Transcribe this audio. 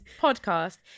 podcast